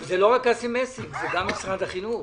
אבל זה לא רק אסי מסינג, זה גם משרד החינוך.